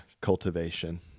cultivation